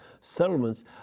settlements